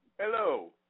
Hello